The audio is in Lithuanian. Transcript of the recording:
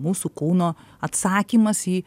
mūsų kūno atsakymas į